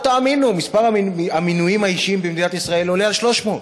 לא תאמינו: מספר המינויים האישיים במדינת ישראל עולה על 300,